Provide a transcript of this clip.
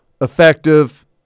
effective